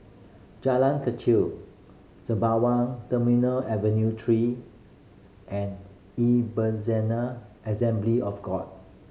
Jalan Kechil Sembawang Terminal Avenue Three and Ebezener Assembly of God